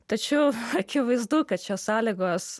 tačiau akivaizdu kad šios sąlygos